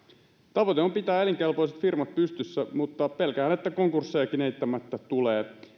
tavoite on pitää elinkelpoiset firmat pystyssä mutta pelkään että konkurssejakin eittämättä tulee